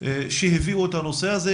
שהביאו את הנושא הזה,